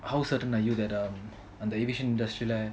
how certain are you that um அந்த:antha the aviation industry lah